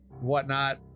whatnot